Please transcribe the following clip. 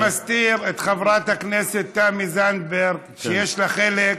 מסתיר את חברת הכנסת תמי זנדברג, שיש לה חלק.